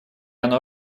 оно